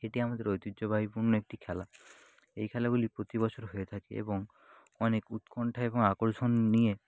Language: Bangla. এটি আমাদের ঐতিহ্যবাহীপূর্ণ একটি খেলা এই খেলাগুলি প্রতি বছর হয়ে থাকে এবং অনেক উৎকন্ঠা এবং আকর্ষণ নিয়ে